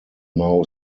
now